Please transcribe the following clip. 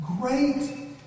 great